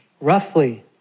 roughly